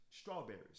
strawberries